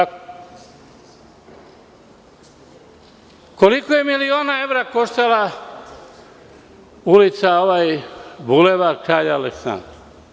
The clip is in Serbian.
Koliko je miliona evra koštala ulica Bulevar kralja Aleksandra?